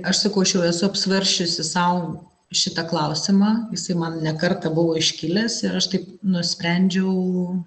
aš sakau aš jau esu apsvarsčiusi sau šitą klausimą jisai man ne kartą buvo iškilęs ir aš taip nusprendžiau